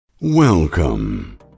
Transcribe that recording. Welcome